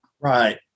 right